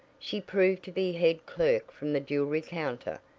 she proved to be head clerk from the jewelry counter,